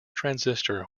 transistor